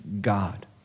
God